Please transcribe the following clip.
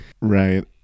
right